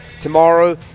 tomorrow